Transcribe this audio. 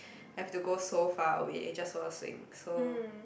have to go so far away just for a swing so